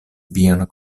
vian